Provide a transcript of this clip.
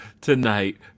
tonight